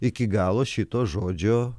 iki galo šito žodžio